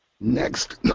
Next